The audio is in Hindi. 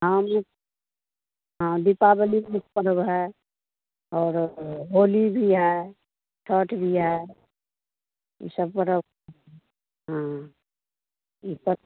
हाँ हाँ दीपावली पर्व है और होली भी है छठ भी है यह सब पर्व हाँ यह सब